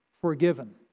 forgiven